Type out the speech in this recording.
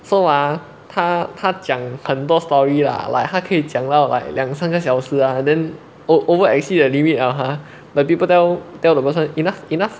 so ah 他他讲很多 story lah like 他可以讲到 like 两三个小时 lah and then ov~ over exceed the limit 了 ha the people tell tell the person enough enough